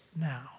now